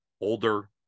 older